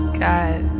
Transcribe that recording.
god